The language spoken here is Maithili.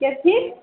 कथी